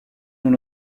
dont